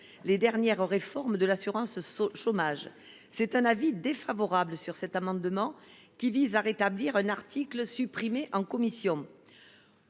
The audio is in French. les dernières réformes de l’assurance chômage. L’avis est défavorable, car cet amendement vise à rétablir un article supprimé en commission.